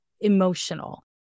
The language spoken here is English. emotional